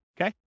Okay